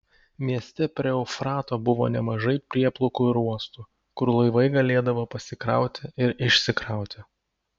mieste prie eufrato buvo nemažai prieplaukų ir uostų kur laivai galėdavo pasikrauti ir išsikrauti